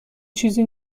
چیزی